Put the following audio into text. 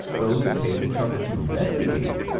those who take the trouble to investigate,